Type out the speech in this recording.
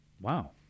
Wow